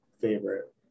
favorite